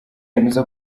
yemeza